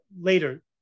later